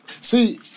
See